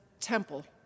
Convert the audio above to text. temple